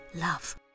love